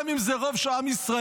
גם אם זה רוב של עם ישראל,